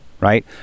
right